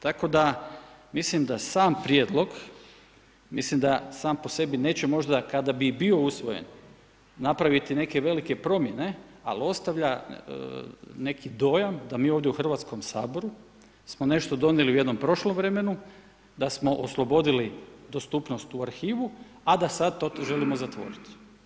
Tako da mislim da sam prijedlog mislim da sam po sebi neće možda kada bi i bio usvojen napraviti neke velike promjene, ali ostavlja neki dojam da mi ovdje u Hrvatskom saboru smo nešto donijeli u jednom prošlom vremenu da smo oslobodili dostupnost u arhivu, a da sada to želimo zatvoriti.